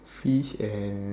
fish and